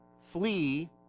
flee